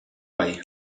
bai